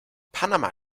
panama